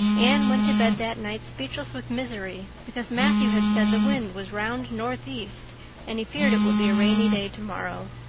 anne went to bed that night speechless with misery because matthew had said the wind was round northeast and he feared it would be a rainy day tomorrow.